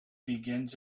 begins